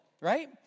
right